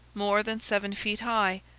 more than seven feet high,